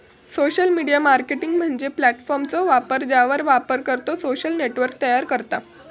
social media marketing म्हणजे प्लॅटफॉर्मचो वापर ज्यावर वापरकर्तो सोशल नेटवर्क तयार करता